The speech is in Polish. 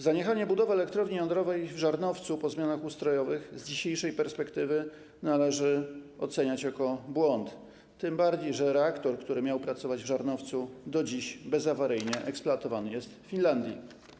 Zaniechanie budowy elektrowni jądrowej w Żarnowcu po zmianach ustrojowych z dzisiejszej perspektywy należy oceniać jako błąd, tym bardziej że reaktor, który miał pracować w Żarnowcu, do dziś bezawaryjnie eksploatowany jest w Finlandii.